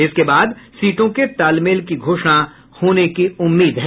इसके बाद सीटों के तालमेल की घोषणा होने की उम्मीद है